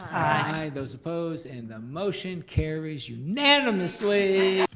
aye. those opposed, and the motion carries unanimously.